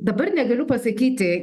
dabar negaliu pasakyti